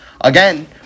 again